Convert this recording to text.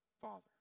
father